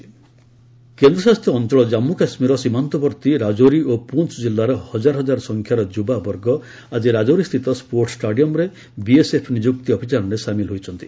କେକେ BSF recruitment କେନ୍ଦ୍ରଶାସିତ ଅଞ୍ଚଳ ଜାମ୍ମୁକାଶ୍ମୀରର ସୀମାନ୍ତବର୍ତ୍ତୀ ରାଜୋରି ଓ ପୁଞ୍ଚ ଜିଲ୍ଲାର ହଜାର ହଜାର ସଂଖ୍ୟାର ଯୁବାବର୍ଗ ଆଜି ରାଜୋରୀସ୍ଥିତ ସ୍କୋର୍ଟ୍ସ ଷ୍ଟାଷ୍ଟିୟମରେ ବିଏସ୍ଏଫ୍ ନିଯୁକ୍ତି ଅଭିଯାନରେ ସାମିଲ ହୋଇଛନ୍ତି